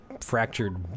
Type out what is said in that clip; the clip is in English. fractured